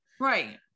Right